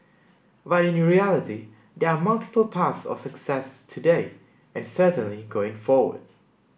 but in reality there are multiple paths of success today and certainly going forward